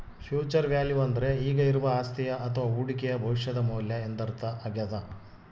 future value ಅಂದ್ರೆ ಈಗ ಇರುವ ಅಸ್ತಿಯ ಅಥವ ಹೂಡಿಕೆಯು ಭವಿಷ್ಯದ ಮೌಲ್ಯ ಎಂದರ್ಥ ಆಗ್ಯಾದ